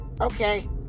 Okay